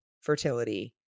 fertility